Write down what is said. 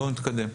בואו נתקדם.